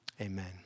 Amen